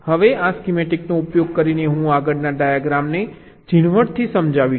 હવે આ સ્કીમેટિકનો ઉપયોગ કરીને હું આગળના ડાયાગ્રામને ઝીણવટથી સમજાવીશ